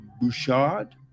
Bouchard